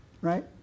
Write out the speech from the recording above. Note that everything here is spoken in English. right